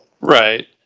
Right